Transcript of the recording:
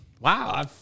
Wow